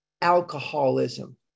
alcoholism